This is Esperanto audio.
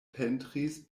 pentris